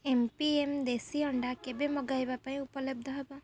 M P M ଦେଶୀ ଅଣ୍ଡା କେବେ ମଗାଇବା ପାଇଁ ଉପଲବ୍ଧ ହେବ